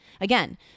Again